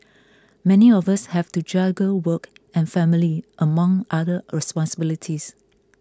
many of us have to juggle work and family among other responsibilities